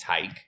take